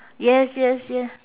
yes yes yeah